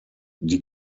die